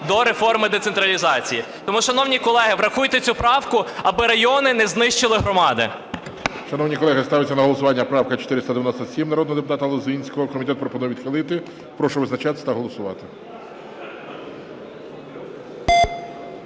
до реформи децентралізації. Тому, шановні колеги, врахуйте цю правку, аби райони не знищили громади.